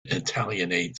italianate